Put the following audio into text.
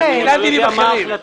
אבל אני עוד לא יודע מה ההחלטה,